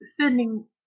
sending